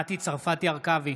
בעד מטי צרפתי הרכבי,